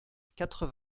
quatre